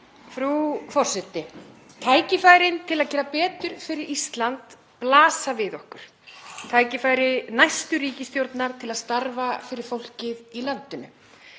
Frú forseti. Tækifærin til að gera betur fyrir Ísland blasa við okkur. Tækifæri næstu ríkisstjórnar til að starfa fyrir fólkið í landinu.